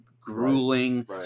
grueling